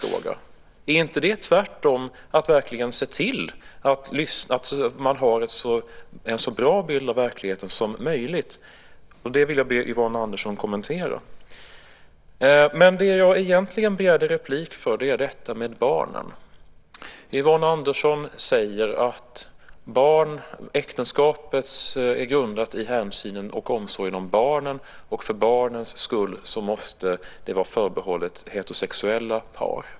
Men är inte det tvärtom att verkligen se till att man har en så bra bild av verkligheten som möjligt? Det ber jag Yvonne Andersson att kommentera. Vad som egentligen gjorde att jag begärde replik är detta med barnen. Yvonne Andersson säger att äktenskapet är grundat på hänsynen till och omsorgen om barnen och att det för barnens skull måste vara förbehållet heterosexuella par.